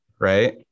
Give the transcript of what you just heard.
right